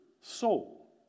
soul